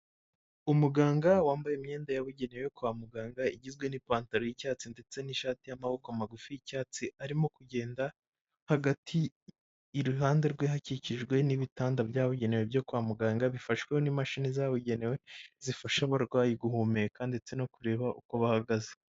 Umuganga wambaye imyenda yabugenewe kwa muganga, igizwe n'ipantaro y'icyatsi ndetse n'ishati y'amaboko magufi y'icyatsi, arimo kugenda hagati iruhande rwe hakikijwe n'ibitanda byabugenewe byo kwa muganga, bifashweho n'imashini zabugenewe zifasha abarwayi guhumeka ndetse no kureba uko bahagaze.